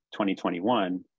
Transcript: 2021